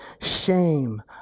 shame